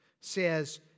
says